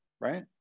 right